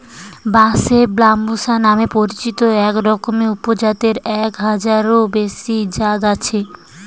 বাঁশের ব্যম্বুসা নামে পরিচিত একরকমের উপজাতের এক হাজারেরও বেশি জাত আছে